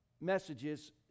messages